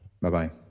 Bye-bye